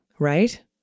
Right